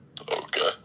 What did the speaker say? Okay